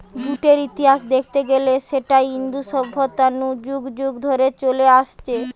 জুটের ইতিহাস দেখতে গিলে সেটা ইন্দু সভ্যতা নু যুগ যুগ ধরে চলে আসছে